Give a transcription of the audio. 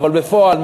אבל בפועל,